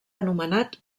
anomenat